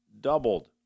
doubled